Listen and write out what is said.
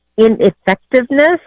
ineffectiveness